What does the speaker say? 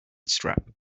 strap